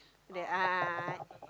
the a'ah a'ah